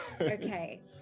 Okay